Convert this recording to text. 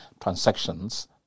transactions